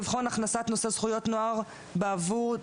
לבחון הכנסת נושא זכויות נוער בעבודה